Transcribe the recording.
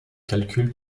calcul